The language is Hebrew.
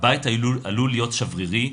הבית עלול להיות שברירי,